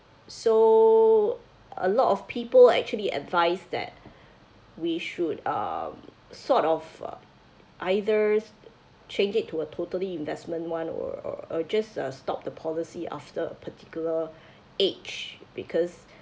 so a lot of people actually advise that we should um sort of uh either change it to a totally investment one or or or just uh stop the policy after a particular age because